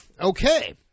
Okay